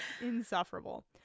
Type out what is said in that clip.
Insufferable